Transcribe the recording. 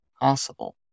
possible